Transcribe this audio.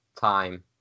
time